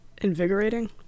Invigorating